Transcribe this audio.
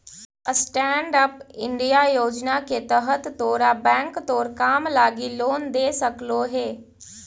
stand up India योजना के तहत तोरा बैंक तोर काम लागी लोन दे सकलो हे